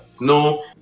no